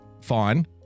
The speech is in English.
fine